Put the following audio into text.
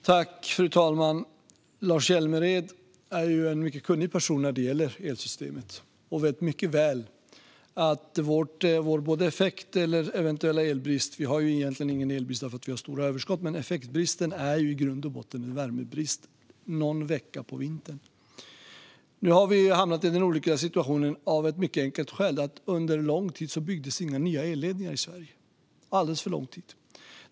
Fru talman! Lars Hjälmered är en mycket kunnig person när det gäller elsystemet. Han vet mycket väl att vår effektbrist i grund och botten är en värmebrist någon vecka på vintern. Någon elbrist har vi egentligen inte, eftersom vi har stora överskott. Nu har vi hamnat i den här olyckliga situationen av en mycket enkel orsak: att det under alldeles för lång tid inte byggdes några nya elledningar i Sverige.